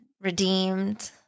redeemed